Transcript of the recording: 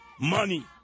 Money